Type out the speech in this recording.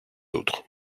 autres